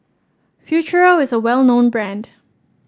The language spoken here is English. Futuro is a well known brand